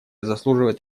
заслуживает